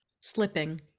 Slipping